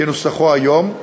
כנוסחו היום,